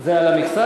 זה על המכסה?